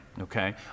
okay